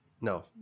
no